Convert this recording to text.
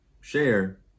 share